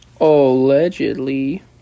Allegedly